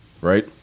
Right